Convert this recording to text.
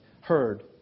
heard